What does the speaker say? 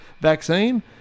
vaccine